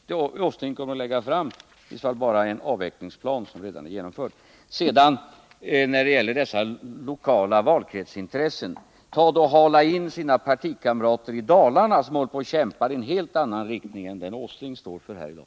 Herr Åsling kommer att lägga fram en avvecklingsplan för det som redan är genomfört. När det gäller de lokala valkretsintressena: Ta då och hala in partikamraterna från Dalarna, som håller på att kämpa i en helt annan riktning än den herr Åsling står för här i dag!